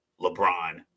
LeBron